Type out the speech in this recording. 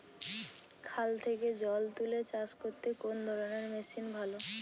খাল থেকে জল তুলে চাষ করতে কোন ধরনের মেশিন ভালো?